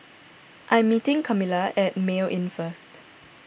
I am meeting Kamila at Mayo Inn first